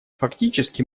фактически